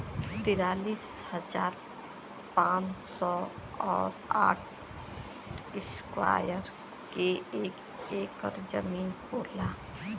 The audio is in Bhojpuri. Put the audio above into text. तिरालिस हजार पांच सौ और साठ इस्क्वायर के एक ऐकर जमीन होला